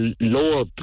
lower